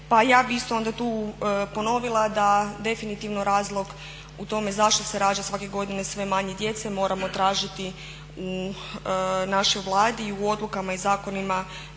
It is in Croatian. pa ja bih isto onda tu ponovila da definitivno razlog u tome zašto se rađa svake godine sve manje djece moramo tražiti u našoj Vladi i u odlukama i zakonima